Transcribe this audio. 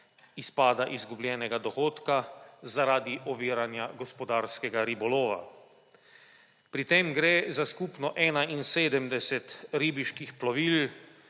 izpada izgubljenega dohodka zaradi oviranja gospodarskega ribolova. Pri tem gre za skupno 71 ribiških plovil